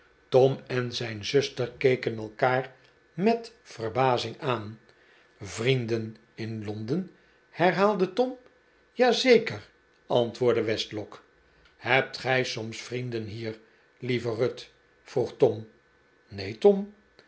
tom en zijn zuster keken elkaar met verbazing aan vrienden in londen herhaalde tom ja zeker antwoordde westlock hebt gij soms vrienden hier lieve ruth vroeg tom neen tom